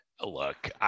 look